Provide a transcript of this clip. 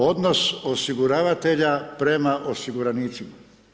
Odnos osiguravatelja prema osiguranicima.